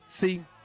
See